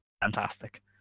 fantastic